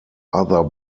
other